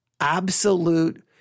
Absolute